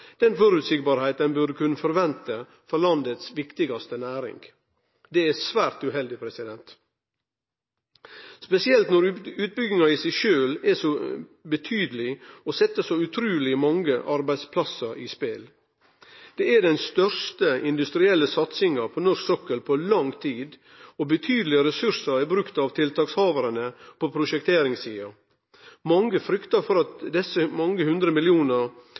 den føreseielegheita ein burde kunne forvente for landets viktigaste næring. Det er svært uheldig, spesielt når utbygginga i seg sjølv er så betydeleg og set så utruleg mange arbeidsplassar i spel. Det er den største industrielle satsinga på norsk sokkel på lang tid, og betydelege ressursar er brukte av tiltakshavarane på prosjekteringssida. Mange frykta for at desse mange